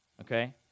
okay